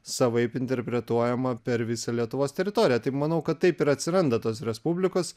savaip interpretuojama per visą lietuvos teritoriją taip manau kad taip ir atsiranda tos respublikos